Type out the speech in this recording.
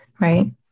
right